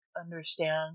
understand